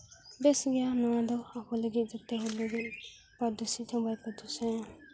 ᱵᱮᱥ ᱜᱮᱭᱟ ᱱᱚᱣᱟ ᱫᱚ ᱟᱵᱚ ᱞᱟᱹᱜᱤᱫ ᱡᱚᱛᱚ ᱦᱚᱲ ᱞᱟᱹᱜᱤᱫ ᱯᱚᱨᱫᱩᱥᱤᱛ ᱦᱚᱸ ᱵᱟᱭ ᱯᱚᱨᱫᱩᱥᱤᱛᱚᱜᱼᱟ